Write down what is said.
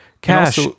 cash